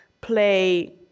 play